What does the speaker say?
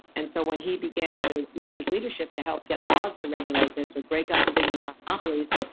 and so when he began to use his leadership to help get laws to regulate this, or break up the big monopolies,